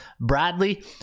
Bradley